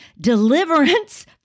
Deliverance